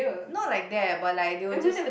not like that but like they were just